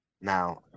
Now